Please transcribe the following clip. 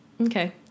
Okay